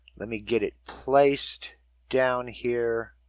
let me get it placed down here.